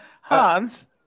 Hans